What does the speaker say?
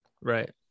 right